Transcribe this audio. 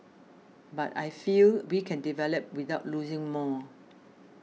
but I feel we can develop without losing more